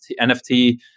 NFT